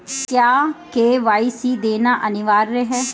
क्या के.वाई.सी देना अनिवार्य है?